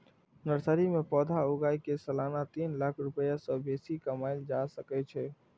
nursery मे पौधा उगाय कें सालाना तीन लाख रुपैया सं बेसी कमाएल जा सकै छै